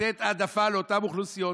לתת העדפה לאותן אוכלוסיות,